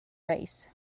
race